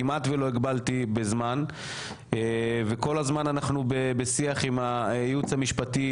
כמעט ולא הגבלתי בזמן וכל הזמן אנחנו בשיח עם הייעוץ המשפטי